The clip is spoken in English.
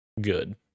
Good